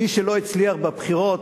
מי שלא הצליח בבחירות,